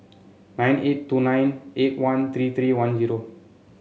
nine eight two nine eight one three three one zero